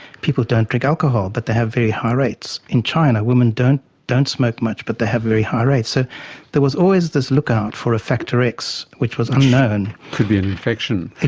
people don't drink alcohol but they have very high rates. in china, women don't don't smoke much but they have very high rates. so there was always this look-out for a factor x which was unknown. which could be an infection.